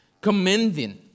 commending